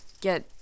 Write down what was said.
get